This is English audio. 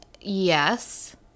Yes